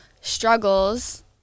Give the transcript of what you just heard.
struggles